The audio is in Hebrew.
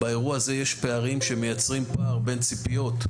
באירוע הזה יש פערים שמייצרים פער בין ציפיות,